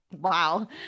wow